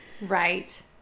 Right